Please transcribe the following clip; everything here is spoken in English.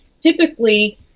typically